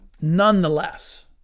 Nonetheless